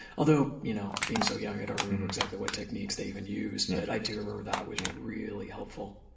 although, you know being so young, i don't remember exactly what techniques they even used but i do remember that was really helpful.